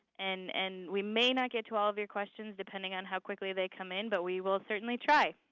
and and we may not get to all of your questions, depending on how quickly they come in, but we will certainly try.